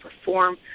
perform